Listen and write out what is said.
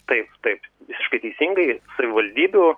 taip taip visiškai teisingai savivaldybių